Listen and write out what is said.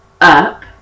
up